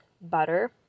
butter